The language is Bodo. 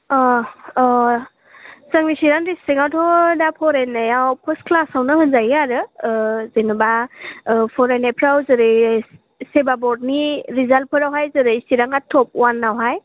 जोंनि चिरां डिस्ट्रिकआवथ' दा फरायनायाव फार्स्त क्लासावनो होनजायो आरो जेनेबा फरायनायफ्राव जेरै सेबा बर्डनि रिजालफोरावहाय जेरै चिरांआ टप वानआवहाय